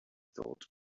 thought